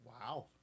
wow